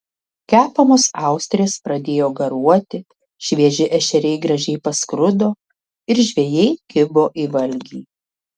kepamos austrės pradėjo garuoti švieži ešeriai gražiai paskrudo ir žvejai kibo į valgį